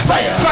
Fire